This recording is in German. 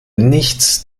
nichts